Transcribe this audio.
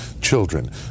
children